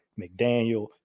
McDaniel